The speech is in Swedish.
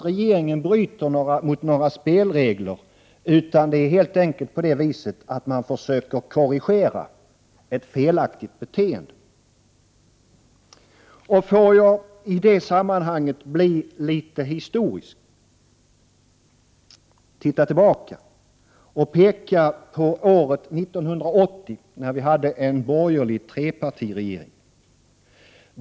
Regeringen bryter alltså inte mot några spelregler utan försöker helt enkelt korrigera ett felaktigt beteende. I detta sammanhang vill jag se tillbaka och peka på år 1980 när vi hade en borgerlig trepartiregering.